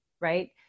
right